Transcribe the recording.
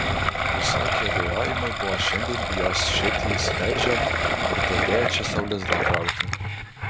visokie abejojimai buvo šiandien į jos širdį įsiveržę ir pradėję čia sau lizdą krauti